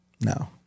No